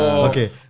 Okay